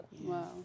Wow